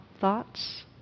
thoughts